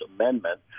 amendment